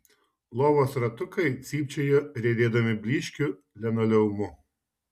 lovos ratukai cypčiojo riedėdami blyškiu linoleumu